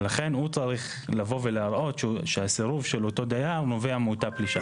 ולכן הוא זה שצריך לבוא ולהראות שהסירוב של אותו דייר נובע מפלישה.